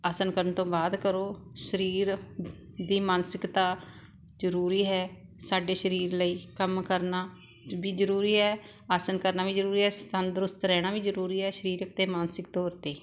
ਆਸਣ ਕਰਨ ਤੋਂ ਬਾਅਦ ਕਰੋ ਸਰੀਰ ਦੀ ਮਾਨਸਿਕਤਾ ਜ਼ਰੂਰੀ ਹੈ ਸਾਡੇ ਸਰੀਰ ਲਈ ਕੰਮ ਕਰਨਾ ਵੀ ਜਰੂਰੀ ਹੈ ਆਸਣ ਕਰਨਾ ਵੀ ਜ਼ਰੂਰੀ ਹੈ ਤੰਦਰੁਸਤ ਰਹਿਣਾ ਵੀ ਜ਼ਰੂਰੀ ਹੈ ਸਰੀਰਕ ਅਤੇ ਮਾਨਸਿਕ ਤੌਰ 'ਤੇ